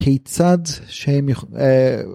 ‫כיצד שהם יוכלו...